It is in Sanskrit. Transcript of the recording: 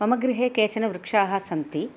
मम गृहे केचनवृक्षाः सन्ति